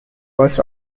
first